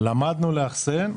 למדנו לאחסן,